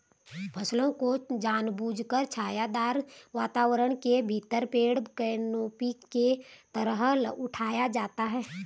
फसलों को जानबूझकर छायादार वातावरण के भीतर पेड़ कैनोपी के तहत उठाया जाता है